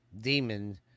demon